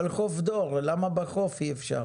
אבל חוף דור, למה בחוף אי אפשר?